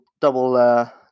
Double